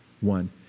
one